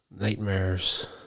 nightmares